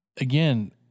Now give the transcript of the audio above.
again